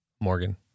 Morgan